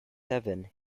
seven